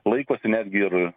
laikosi netgi ir